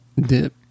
Dip